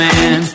Man